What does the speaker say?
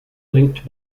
linked